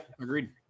agreed